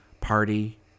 party